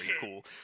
cool